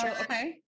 okay